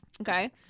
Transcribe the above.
Okay